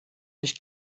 nicht